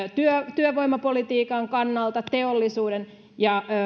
työvoimapolitiikan kannalta teollisuuden ja